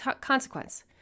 consequence